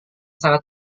sangat